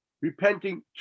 Repenting